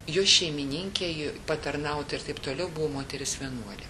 jo šeimininkė ji patarnaut ir taip toliau buvo moteris vienuolė